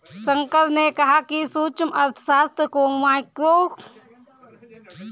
शंकर ने कहा कि सूक्ष्म अर्थशास्त्र को माइक्रोइकॉनॉमिक्स भी कहते हैं